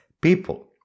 people